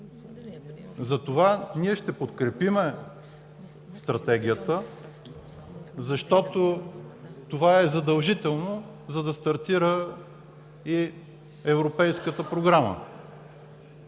или не? Ние ще подкрепим Стратегията, защото това е задължително, за да стартира и Европейската програма.